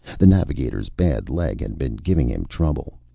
the navigator's bad leg had been giving him trouble.